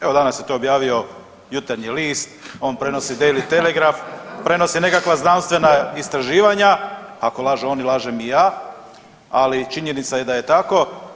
Evo danas je to objavio Jutarnji list on prenosi Daily Telegraph, prenosi nekakva znanstvena istraživanja, ako lažu oni, lažem i ja, ali činjenica je da je tako.